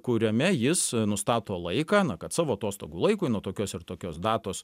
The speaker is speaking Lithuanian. kuriame jis nustato laiką na kad savo atostogų laikui nuo tokios ir tokios datos